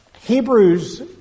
Hebrews